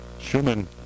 Schumann